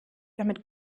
damit